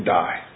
die